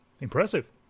Impressive